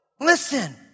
Listen